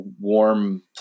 warm